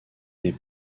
des